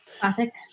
Classic